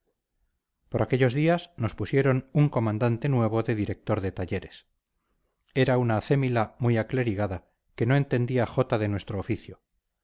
por aquellos días nos pusieron un comandante nuevo de director de talleres era una acémila muy aclerigada que no entendía jota de nuestro oficio